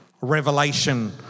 Revelation